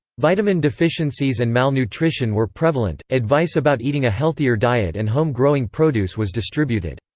vitamin deficiencies and malnutrition were prevalent advice about eating a healthier diet and home growing produce was distributed.